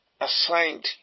assigned